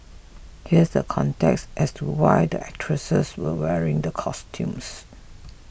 here's the context as to why the actresses were wearing the costumes